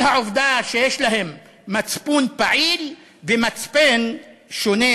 העובדה שיש להם מצפון פעיל ומצפן שונה